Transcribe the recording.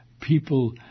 people